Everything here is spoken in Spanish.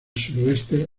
suroeste